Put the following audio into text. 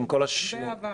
הצעת